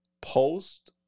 post